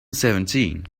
seventeen